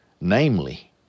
namely